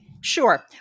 Sure